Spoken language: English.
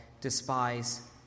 despise